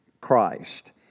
Christ